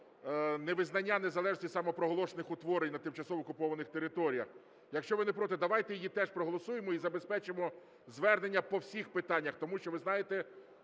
невизнання незалежності самопроголошених утворень на тимчасово окупованих територіях. Якщо ви не проти, давайте її теж проголосуємо і забезпечимо звернення по всіх питаннях, тому що, ви знаєте,